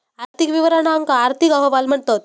आर्थिक विवरणांका आर्थिक अहवाल म्हणतत